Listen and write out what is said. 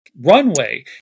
runway